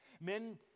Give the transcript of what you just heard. Men